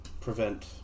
prevent